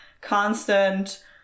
constant